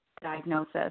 diagnosis